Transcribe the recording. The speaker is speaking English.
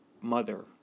mother